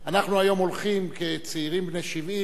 אנחנו היום הולכים כצעירים בני 70,